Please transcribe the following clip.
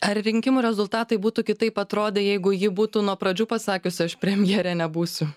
ar rinkimų rezultatai būtų kitaip atrodę jeigu ji būtų nuo pradžių pasakius aš premjere nebūsiu